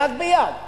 יד ביד.